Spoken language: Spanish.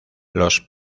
los